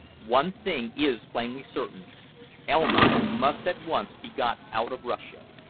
one thing is plainly certain elma must at once be got out of russia.